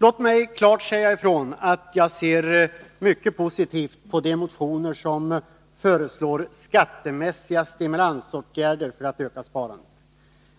Låt mig klart säga ifrån att jag ser mycket positivt på de motioner som föreslår skattemässiga stimulansåtgärder för att öka sparandet.